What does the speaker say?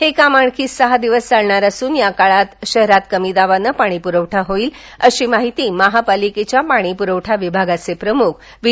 हे काम आणखी सहा दिवस चालणार असून या काळात शहरात कमी दाबाने पाणीपुरवठा होणार आहे अशी माहिती महापालिकेच्या पाणीपुरवठा विभागाचे प्रमुख व्ही